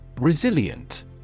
Resilient